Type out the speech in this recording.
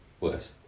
Worse